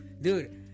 Dude